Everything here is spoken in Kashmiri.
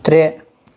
ترٛےٚ